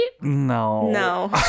No